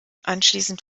anschließend